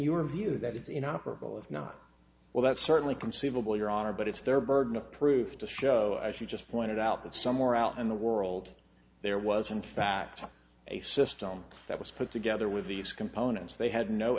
your view that it's in operable if not well that's certainly conceivable your honor but it's their burden of proof to show as you just pointed out that somewhere out in the world there was in fact a system that was put together with these components they had no